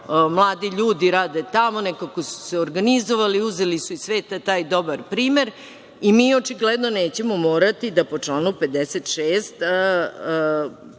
mladi ljudi rade tamo, nekako su se organizovali uzeli su iz sveta taj dobar primer i mi očigledno nećemo morati da po članu 56.